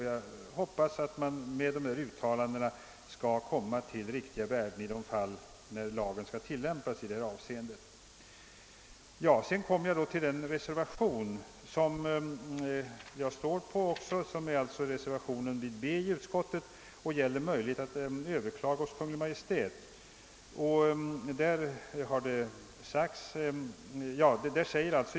Jag hoppas att de gjorda uttalandena leder till att det blir skäliga ersättningar när lagen skall tillämpas i detta avseende. : Sedan kommer jag till reservationen II under mom. B i utskottets hemställan som gäller rätten att föra talan mot värderingsnämndens beslut.